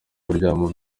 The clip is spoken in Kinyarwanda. kuryama